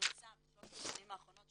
בממוצע בשלושת השנים האחרונות,